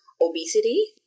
Obesity